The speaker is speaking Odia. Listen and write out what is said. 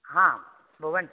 ହଁ ଭୁବନେଶ୍ୱର